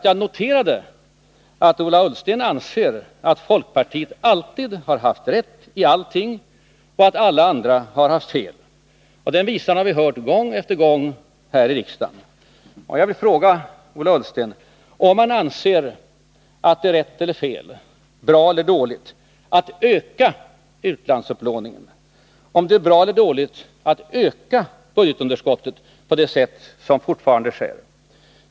Jag noterade att Ola Ullsten anser att folkpartiet alltid har haft rätt i allting och att alla andra har haft fel. Den visan har vi hört gång efter gång här i kammaren. Jag vill fråga Ola Ullsten om han anser att det är rätt eller fel, bra eller dåligt, att öka utlandsupplåningen, om det är bra eller dåligt att öka budgetunderskottet på det sätt som fortfarande sker.